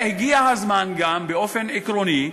הגיע גם הזמן, באופן עקרוני,